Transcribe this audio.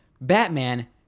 Batman